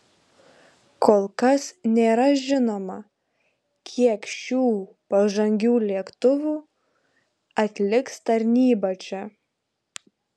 kol kas nėra žinoma kiek šių pažangių lėktuvų atliks tarnybą čia